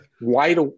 wide